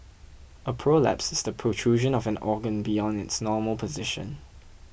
a prolapse is the protrusion of an organ beyond its normal position